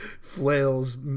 flails